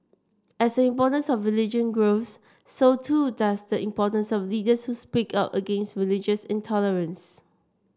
as the importance of religion grows so too does the importance of leaders who speak out against religious intolerance